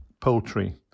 poultry